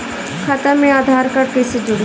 खाता मे आधार कार्ड कईसे जुड़ि?